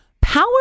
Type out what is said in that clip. power